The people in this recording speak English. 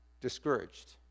discouraged